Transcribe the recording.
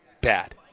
bad